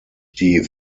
die